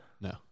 No